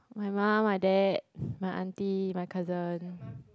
my mum my dad my aunty my cousin